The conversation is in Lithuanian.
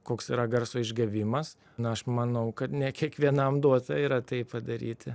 koks yra garso išgavimas na aš manau kad ne kiekvienam duota yra tai padaryti